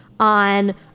on